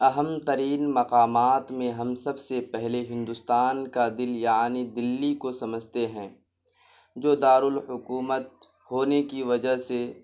اہم ترین مقامات میں ہم سب سے پہلے ہندوستان کا دل یعنی دہلی کو سمجھتے ہیں جو دار الحکومت ہونے کی وجہ سے